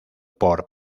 por